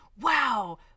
wow